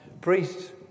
priests